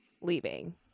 leaving